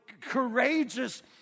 courageous